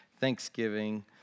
Thanksgiving